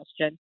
question